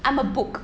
I'm a book